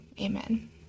amen